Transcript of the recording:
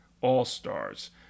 All-Stars